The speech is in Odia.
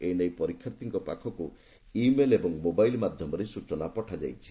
ଏ ନେଇ ପରୀକ୍ଷାର୍ଥୀଙ୍କ ପାଖକୁ ଇ ମେଲ ଏବଂ ମୋବାଇଲ ମାଧ୍ୟମରେ ସୂଚନା ପଠାଯାଇଛି